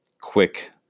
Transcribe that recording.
quick